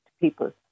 people